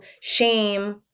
shame